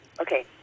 Okay